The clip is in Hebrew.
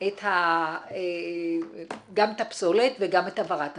גם את הפסולת וגם את הבערת הפסולת.